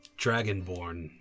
dragonborn